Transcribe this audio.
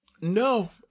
No